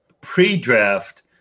pre-draft